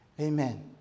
Amen